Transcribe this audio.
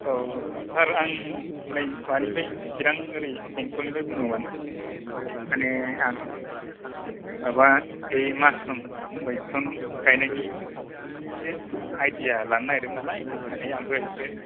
औ सार आं नै मानिफ्राय सिरां ओरै बेंथलनिफ्राय बुंदोंमोन माने आं माबा बे मासरुम मैखुन गायनायनि एसे आइदिया लानो नागिरदोंमोन नालाय माने आंबो एसे